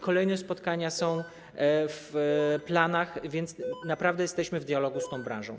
Kolejne spotkania są w planach, więc naprawdę jesteśmy w dialogu z tą branżą.